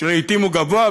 שלעתים הוא גבוה,